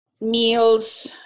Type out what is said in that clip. meals